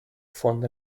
von